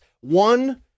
one